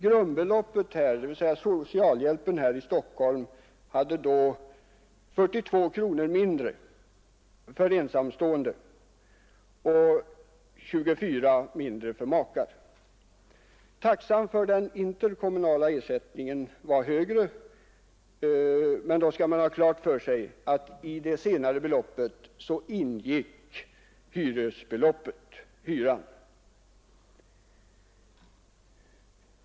Grundbeloppet för socialhjälpen här i Stockholm var 42 kronor mindre för ensamstående och 24 kronor mindre för makar. Taxan för den interkommunala ersättningen låg högre — 645 för ensamstående och 995 för makar — men då skall man ha klart för sig att i det senare beloppet ingick hyran.